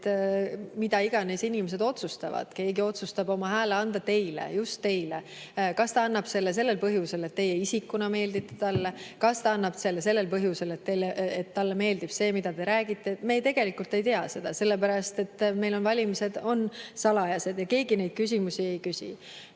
mida iganes inimesed otsustavad. Keegi otsustab oma hääle anda teile, just teile. Kas ta annab selle põhjusel, et teie isikuna meeldite talle, kas ta annab selle põhjusel, et talle meeldib see, mida te räägite – me tegelikult ei tea seda, sellepärast et meil on valimised salajased ja keegi neid küsimusi ei